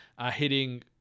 hitting